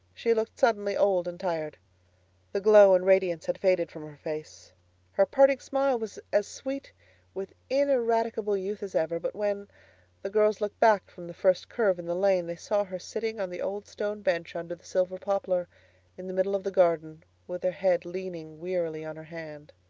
she looked suddenly old and tired the glow and radiance had faded from her face her parting smile was as sweet with ineradicable youth as ever, but when the girls looked back from the first curve in the lane they saw her sitting on the old stone bench under the silver poplar in the middle of the garden with her head leaning wearily on her hand.